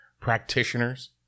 practitioners